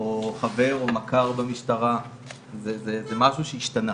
או חבר, או מכר במשטרה וזה משהו שהשתנה,